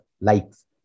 likes